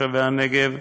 תושבי הנגב,